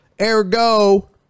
ergo